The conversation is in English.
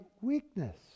weakness